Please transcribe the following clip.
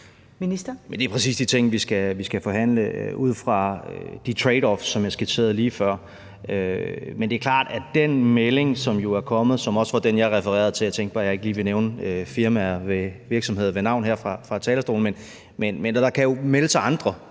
Det er lige præcis de ting, vi skal forhandle ud fra de tradeoffs, som jeg skitserede lige før. Men i forhold til den melding, som jo er kommet, og som også var den, jeg refererede til – jeg tænkte bare, at jeg ikke lige ville nævne firmaer og virksomheder med navn her fra talerstolen – er det klart, at der kan melde sig andre.